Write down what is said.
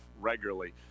regularly